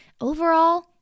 overall-